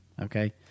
okay